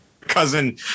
cousin